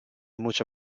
mucho